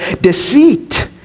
deceit